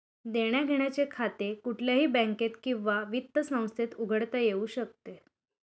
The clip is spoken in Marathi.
देण्याघेण्याचे खाते कुठल्याही बँकेत किंवा वित्त संस्थेत उघडता येऊ शकते